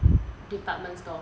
department store